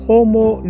Homo